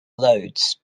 loads